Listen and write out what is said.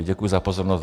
Děkuji za pozornost.